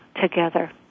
together